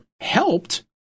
helped